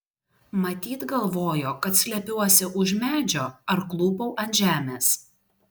matyt galvojo kad slepiuosi už medžio ar klūpau ant žemės